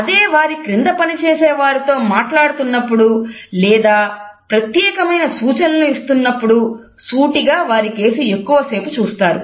అదే వారి క్రింద పని చేసే వారితో మాట్లాడుతున్నప్పుడు లేదా ప్రత్యేకమైన సూచనలను ఇస్తున్నప్పుడు సూటిగా వారికేసి ఎక్కువ సేపు చూస్తారు